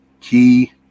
key